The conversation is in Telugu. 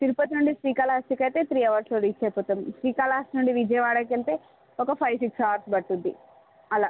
తిరుపతి నుండి శ్రీకాళహస్తికి అయితే ఒక త్రీ అవర్స్లో రీచ్ అయిపోతాం శ్రీకాళహస్తి నుండి విజయవాడకి వెళితే ఒక ఫైవ్ సిక్స్ అవర్స్ పట్టుద్ది అలా